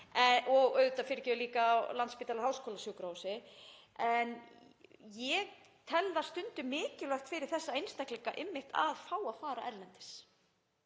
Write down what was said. og auðvitað, fyrirgefið, líka á Landspítala, háskólasjúkrahúsi. En ég tel það stundum mikilvægt fyrir þessa einstaklinga einmitt að fá að fara erlendis.